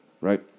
Right